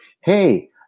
hey